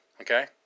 Okay